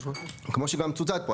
כמו שגם מצוטט פה,